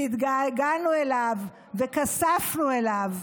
שהתגעגענו אליו וכספנו אליו.